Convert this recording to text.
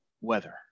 weather